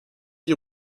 die